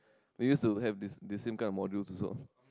we used to have this this same kind of modules also